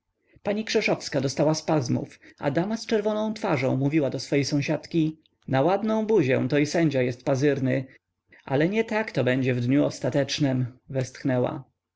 pani krzeszowska dostała spazmów a dama z czerwoną twarzą mówiła do swej sąsiadki na ładną buzię to i sędzia jest pażyrny ale nie tak to będzie w dniu ostatecznym westchnęła